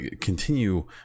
continue